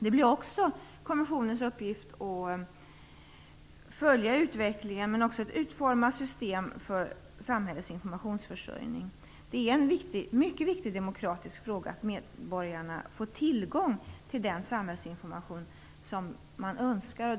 Det blir också kommissionens uppgift att följa utvecklingen och utforma system för samhällets informationsförsörjning. Det är en mycket viktig demokratisk fråga att medborgarna får tillgång till den samhällsinformation man önskar.